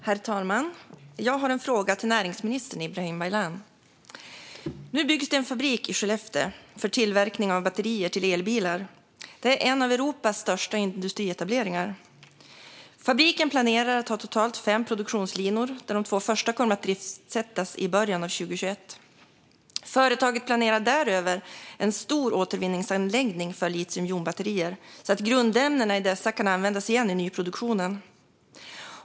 Herr talman! Jag har en fråga till näringsminister Ibrahim Baylan. Nu byggs det en fabrik i Skellefteå för tillverkning av batterier till elbilar. Det är en av Europas största industrietableringar. Fabriken planerar att ha totalt fem produktionslinor. De två första kommer att driftssättas i början av 2021. Företaget planerar därutöver en stor återvinningsanläggning för litiumjonbatterier, så att grundämnena i dessa kan användas igen i nyproduktionen.